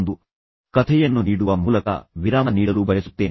ಆದರೆ ನಾನು ನಿಮಗೆ ಇನ್ನೂ ಒಂದು ಕಥೆಯನ್ನು ನೀಡುವ ಮೂಲಕ ವಿರಾಮ ನೀಡಲು ಬಯಸುತ್ತೇನೆ